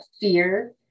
fear